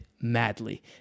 madly